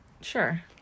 Sure